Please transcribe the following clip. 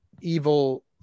evil